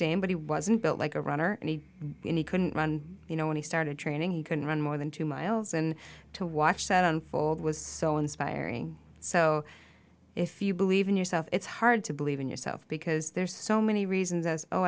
dame but he wasn't built like a runner and any couldn't run you know when he started training he couldn't run more than two miles and to watch that unfold was so inspiring so if you believe in yourself it's hard to believe in yourself because there's so many reasons as oh